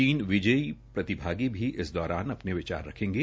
तीन विजयी प्रतिभागी भी इस दौरान अपने विचार रखेंगे